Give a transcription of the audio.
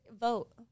vote